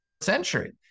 century